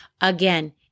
Again